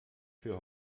für